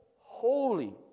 holy